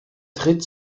tritt